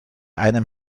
einem